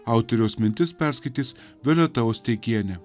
autoriaus mintis perskaitys violeta osteikienė